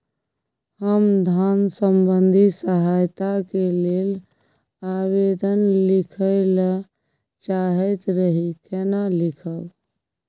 हम धन संबंधी सहायता के लैल आवेदन लिखय ल चाहैत रही केना लिखब?